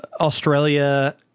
Australia